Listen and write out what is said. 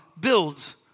builds